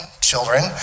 children